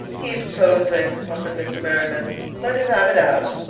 he's posing, offered mr. merriman let him have it out.